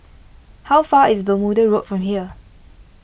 how far is Bermuda Road from here